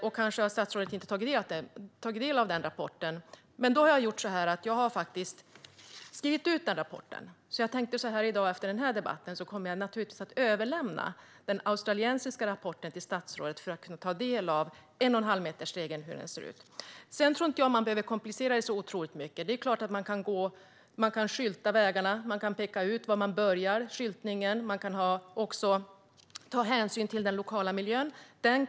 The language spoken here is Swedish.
Statsrådet har kanske inte tagit del av rapporten, men jag har skrivit ut den och har den med mig här i talarstolen. Efter debatten kommer jag att överlämna den australiska rapporten till statsrådet för att han ska kunna ta del av hur 1,5-metersregeln ser ut. Jag tror inte att man behöver komplicera det hela så otroligt mycket. Det är klart att man kan skylta vägarna och peka ut var man börjar med skyltningen. Man kan också ta hänsyn till den lokala miljön.